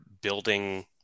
building